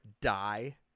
die